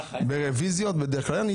ברוויזיות בדרך כלל אין.